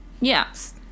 yes